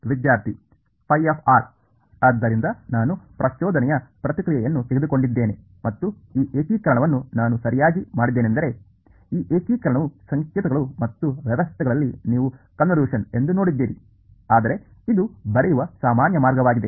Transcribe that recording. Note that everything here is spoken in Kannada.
ವಿದ್ಯಾರ್ಥಿ ಆದ್ದರಿಂದ ನಾನು ಪ್ರಚೋದನೆಯ ಪ್ರತಿಕ್ರಿಯೆಯನ್ನು ತೆಗೆದುಕೊಂಡಿದ್ದೇನೆ ಮತ್ತು ಈ ಏಕೀಕರಣವನ್ನು ನಾನು ಸರಿಯಾಗಿ ಮಾಡಿದ್ದೇನೆಂದರೆ ಈ ಏಕೀಕರಣವು ಸಂಕೇತಗಳು ಮತ್ತು ವ್ಯವಸ್ಥೆಗಳಲ್ಲಿ ನೀವು ಕನ್ವಿಲೇಶನ್ ಎಂದು ನೋಡಿದ್ದೀರಿ ಆದರೆ ಇದು ಬರೆಯುವ ಸಾಮಾನ್ಯ ಮಾರ್ಗವಾಗಿದೆ